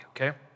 okay